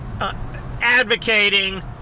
advocating